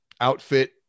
outfit